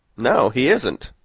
no, he isn't.